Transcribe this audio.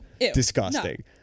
disgusting